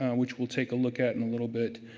which we'll take a look at in a little bit.